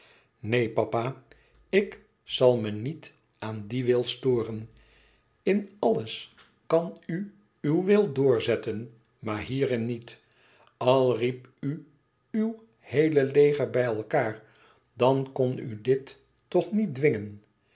neen papa ik zal me niet aan dien wil storen in alles kan u uw wil doorzetten maar hierin niet al riep u uw heele leger bij elkaâr dan kon u dit toch niet dwingen